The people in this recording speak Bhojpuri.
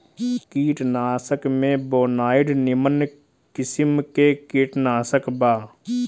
कीटनाशक में बोनाइड निमन किसिम के कीटनाशक बा